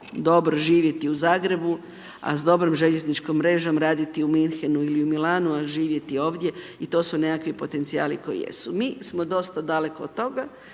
dobro živjeti u Zagrebu a s dobrom željezničkom mrežom raditi u Munchenu ili Milanu a živjeti ovdje, i to su neki potencijali koji jesu. Mi smo dosta daleko od toga,